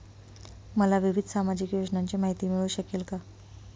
मला विविध सामाजिक योजनांची माहिती मिळू शकेल का?